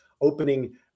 opening